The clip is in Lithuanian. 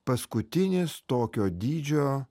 paskutinis tokio dydžio